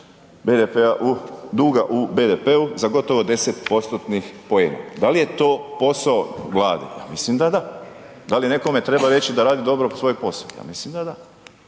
se udio duga u BDP-u za gotovo 10%-tnih poena, da li je to posao Vlade, ja mislim da da, da li nekome treba reći da radi dobro svoj posao, ja mislim da da.